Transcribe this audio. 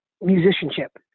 musicianship